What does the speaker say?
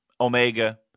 Omega